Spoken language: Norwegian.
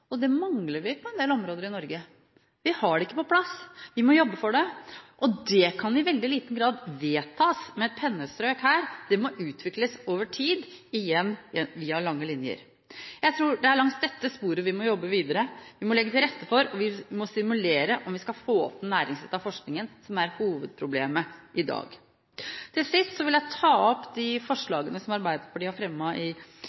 studiekvaliteten. Det mangler vi på en del områder i Norge. Vi har det ikke på plass, vi må jobbe for det, og det kan i veldig liten grad vedtas med et pennestrøk her. Det må utvikles over tid – igjen via lange linjer. Jeg tror det er langs dette sporet vi må jobbe videre. Vi må legge til rette for og vi må stimulere om vi skal få opp den næringsrettede forskningen, som er hovedproblemet i dag. Til sist vil jeg på vegne av de rød-grønne partiene anbefale innstillingen. Komiteen har lagt ned et godt arbeid i